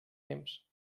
temps